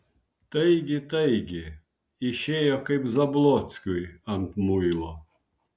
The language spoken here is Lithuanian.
taigi taigi išėjo kaip zablockiui ant muilo